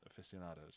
aficionados